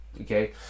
okay